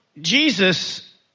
Jesus